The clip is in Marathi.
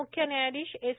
मुख्य न्यायाधीश एस